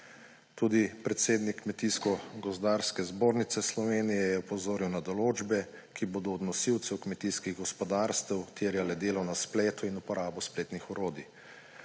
Tudi predsednik Kmetijsko gozdarske zbornice Slovenije je opozoril na določbe, ki bodo od nosilcev kmetijskih gospodarstev terjale delo na spletu in uporabo spletnih orodij.